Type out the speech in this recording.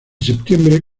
septiembre